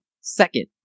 second